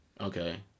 Okay